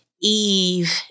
Eve